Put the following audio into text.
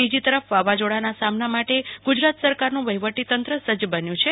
બીજીતરફ વાવાઝોડાના સામના માટે ગુજરાત સરકારનું વહીવટી તંત્ર સજજ બન્યું છે